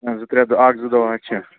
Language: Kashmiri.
زٕ ترٛےٚ دۄہ اَکھ زٕ دۄہ حظ چھِ